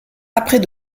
après